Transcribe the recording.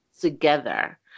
together